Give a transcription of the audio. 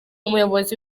umuyobozi